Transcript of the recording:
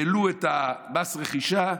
העלו את מס הרכישה,